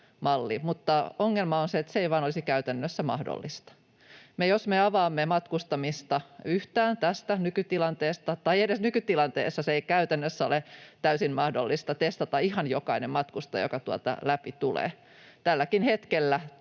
mutta ongelma on se, että se ei vain olisi käytännössä mahdollista. Jos me avaamme matkustamista yhtään tästä nykytilanteesta — tai edes nykytilanteessa — ei käytännössä ole täysin mahdollista testata ihan jokaista matkustajaa, joka tuolta läpi tulee. Tälläkin hetkellä